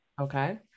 okay